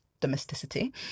domesticity